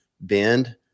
bend